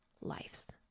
lives